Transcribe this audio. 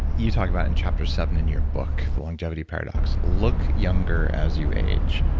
you talk about in chapter seven in your book, the longevity paradox, look younger as you age.